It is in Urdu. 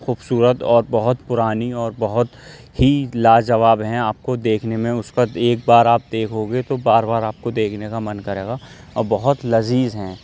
خوبصورت اور بہت پرانی اور بہت ہی لاجواب ہیں آپ کو دیکھنے میں اس کو ایک بار آپ دیکھو گے تو بار بار آپ کو دیکھنے کا من کرے گا اور بہت لذیذ ہیں